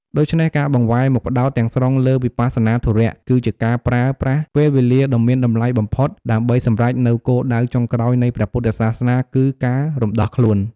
ដូច្នេះការបង្វែរមកផ្តោតទាំងស្រុងលើវិបស្សនាធុរៈ គឺជាការប្រើប្រាស់ពេលវេលាដ៏មានតម្លៃបំផុតដើម្បីសម្រេចនូវគោលដៅចុងក្រោយនៃព្រះពុទ្ធសាសនា គឺ ការរំដោះខ្លួន។